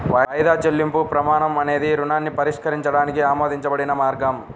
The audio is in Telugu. వాయిదా చెల్లింపు ప్రమాణం అనేది రుణాన్ని పరిష్కరించడానికి ఆమోదించబడిన మార్గం